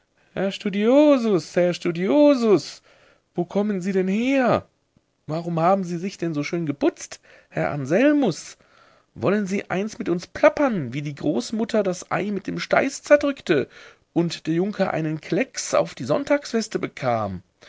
herr studiosus herr studiosus wo kommen sie denn her warum haben sie sich denn so schön geputzt herr anselmus wollen sie eins mit uns plappern wie die großmutter das ei mit dem steiß zerdrückte und der junker einen klecks auf die sonntagsweste bekam